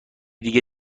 دیگه